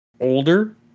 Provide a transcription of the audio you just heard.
older